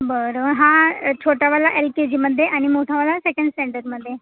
बरं हां छोटावाला एल के जीमध्ये आणि मोठावाला सेकंड स्टँडर्डमध्ये